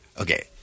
Okay